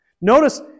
Notice